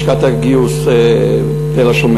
לשכת הגיוס תל-השומר,